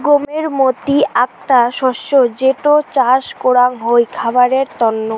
গমের মতি আকটা শস্য যেটো চাস করাঙ হই খাবারের তন্ন